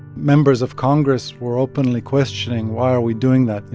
members of congress were openly questioning, why are we doing that? you